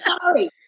sorry